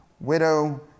widow